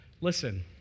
listen